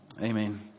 Amen